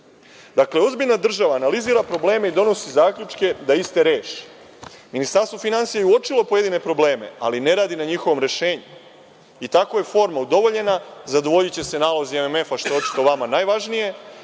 ozbiljna država analizira probleme i donosi zaključke da iste reši. Ministarstvo finansija je uočilo pojedine probleme, ali ne radi na njihovom rešenju. Tako je forma udovoljena, zadovoljiće se nalozi MMF-a, što je očito vama najvažnije,